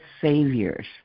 saviors